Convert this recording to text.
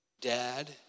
Dad